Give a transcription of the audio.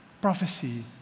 prophecy